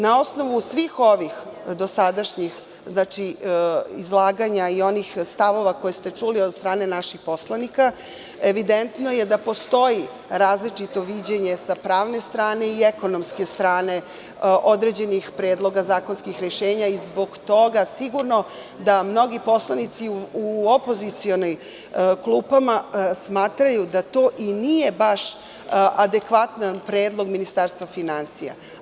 Na osnovu svih ovih dosadašnjih izlaganja i onih stavova koje ste čuli od strane naših poslanika, evidentno je da postoji različito viđenje sa pravne strane i ekonomske strane određenih predloga zakonskih rešenja i zbog toga sigurno da mnogi poslanici u opozicionim klupama smatraju da to nije baš adekvatan predlog Ministarstva finansija.